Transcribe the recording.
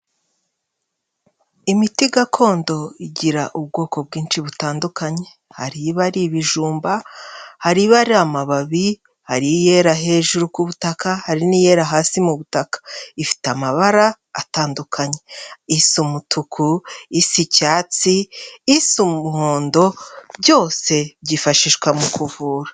Imiti gakondo igira ubwoko bwinshi butandukanye, hari iba ari ibijumba, hari bari ari amababi hari iyera hejuru kubutaka hari n'iyera hasi mu butaka, ifite amabara atandukanye, isa umutuku, isa icyatsi, isa umuhondo byose byifashishwa mu kuvura.